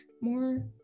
more